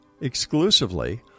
exclusively